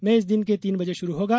match दिन के तीन बजे शरू होगा